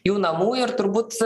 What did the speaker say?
jų namų ir turbūt